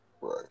Right